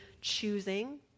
choosing